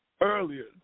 earlier